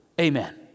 Amen